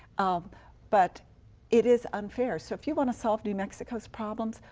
um but it is unfair so if you want to solve new mexico's problems,